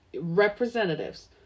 representatives